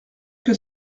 que